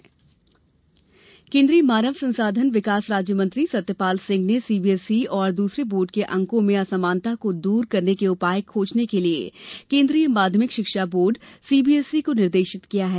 CBSE केन्द्रीय मानव संसाधन विकास राज्य मंत्री सत्यपाल सिंह ने सीबीएसई और दूसरे बोर्ड के अंकों में असामानता को दूर करने के उपाय खोजने के लिए केन्द्रीय माध्यमिक शिक्षा बोर्ड सीबीएसई को निर्देशित किया है